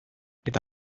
eta